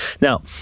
Now